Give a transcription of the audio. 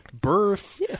birth